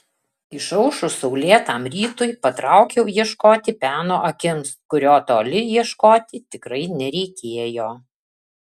išaušus saulėtam rytui patraukiau ieškoti peno akims kurio toli ieškoti tikrai nereikėjo